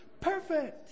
perfect